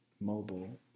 mobile